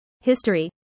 History